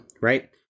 right